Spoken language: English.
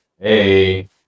Hey